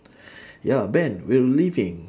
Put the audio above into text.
ya ben we're leaving